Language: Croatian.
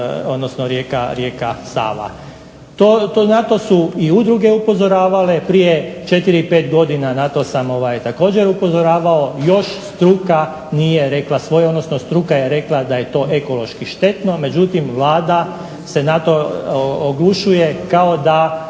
odnosno rijeka Sava. Na to su i udruge upozoravale prije 4, 5 godina, na to sam također upozoravao, još struka nije rekla svoje, odnosno struka je rekla da je to ekološki štetno, međutim Vlada se na to oglušuje kao da